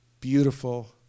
beautiful